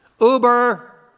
Uber